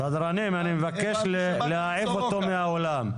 סדרנים, אני מבקש להעיף אותו מהאולם.